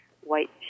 white